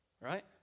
Right